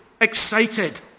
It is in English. excited